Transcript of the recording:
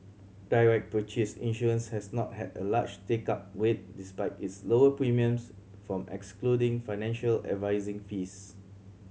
direct purchase insurance has not had a large take up rate despite its lower premiums from excluding financial advising fees